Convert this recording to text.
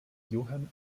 johann